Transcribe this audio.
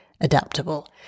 adaptable